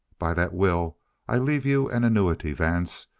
by that will i leave you an annuity, vance,